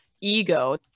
ego